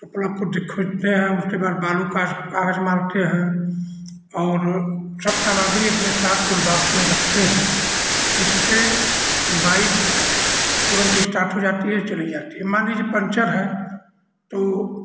तो प्लक को दिखाते हैं उसके बाद बालू काज कागज मारते हैं और सब सामग्री अपने साथ टूल बाक्स में रखते हैं इससे बाइक तुरंत इस्टार्ट हो जाती है चली जाती है मान लीजिए पंचर है तो